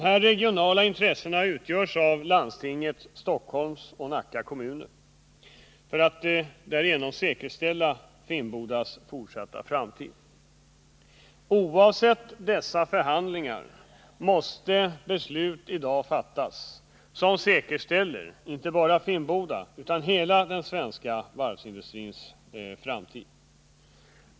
Dessa regionala intressen representeras av landstinget, Stockholms och Nacka kommuner. Oavsett utgången av dessa förhandlingar måste beslut i dag fattas som säkerställer inte bara Finnbodas utan hela den svenska varvsindustrins framtid.